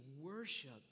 worshipped